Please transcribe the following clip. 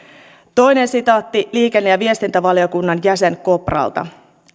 toinen sitaatti liikenne ja viestintävaliokunnan jäsen kopralta